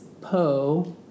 Poe